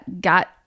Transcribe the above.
got